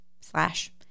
slash